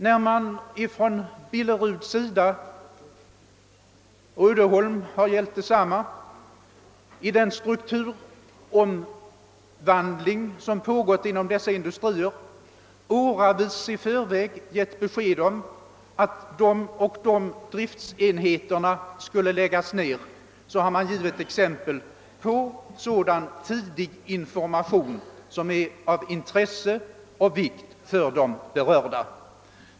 När Billerud och Uddeholm, i den strukturomvandling som pågått i dessa industrier, åratal i förväg lämnat besked om att de och de driftsenheterna skulle läggas ned, så har man givit exempel på sådan tidig information som är av intresse och vikt för de berörda.